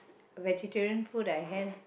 vegetarian food I have